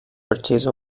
purchase